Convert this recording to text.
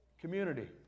community